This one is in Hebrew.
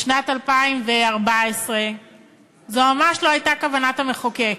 בשנת 2014. זו ממש לא הייתה כוונת המחוקק.